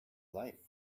life